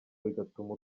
bigatuma